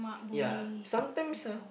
ya sometimes ah